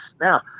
Now